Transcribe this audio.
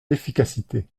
l’efficacité